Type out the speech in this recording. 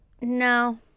No